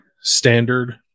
standard